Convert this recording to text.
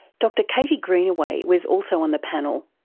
dr katie greenaway was also on the panel.